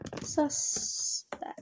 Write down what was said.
Suspect